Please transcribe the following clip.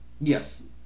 yes